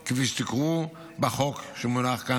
כפי שתקראו בחוק שמונח כאן,